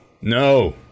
no